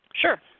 Sure